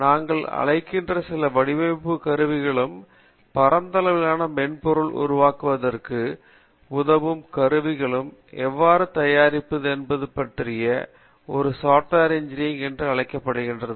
நாங்கள் அழைக்கின்ற சில வடிவமைப்பு கருவிகளும் பரந்தளவிலான மென்பொருளை உருவாக்குவதற்கு உதவும் கருவிகளை எவ்வாறு தயாரிப்பது என்பது பற்றிய ஒரு சாப்ட்வேர் இன்ஜினியரிங் என்று அழைக்கப்படுகிறது